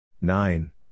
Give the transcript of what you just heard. nine